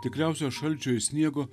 tikriausios šalčio ir sniego